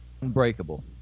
unbreakable